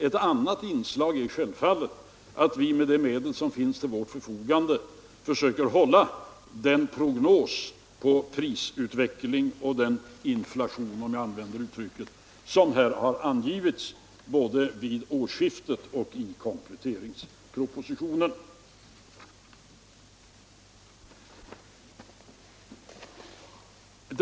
Ett annat inslag är självfallet att vi med de medel som finns försöker hålla den prognos på prisutveckling och inflation, som här har angivits både vid årsskiftet och i kompletteringspropositionen.